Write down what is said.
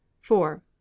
four